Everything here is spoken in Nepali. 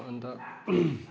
अन्त